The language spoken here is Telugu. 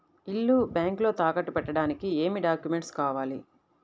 ఇల్లు బ్యాంకులో తాకట్టు పెట్టడానికి ఏమి డాక్యూమెంట్స్ కావాలి?